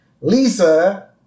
Lisa